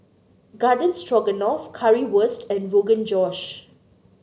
Garden Stroganoff Currywurst and Rogan Josh